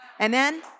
Amen